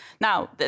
Now